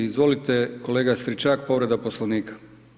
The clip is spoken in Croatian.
Izvolite kolega Stričak, povreda Poslovnika.